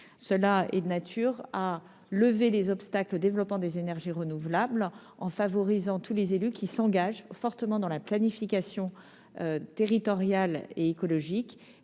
permettront de lever des obstacles au développement des énergies renouvelables, en favorisant tous les élus qui s'engagent fortement dans la planification territoriale et écologique,